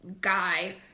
guy